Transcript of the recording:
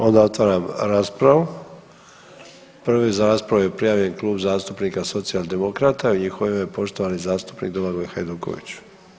Onda otvaram raspravu, prvi za raspravu je prijavljen Klub zastupnika Socijaldemokrata i u njihovo ime poštovani zastupnik Domagoj Hajduković.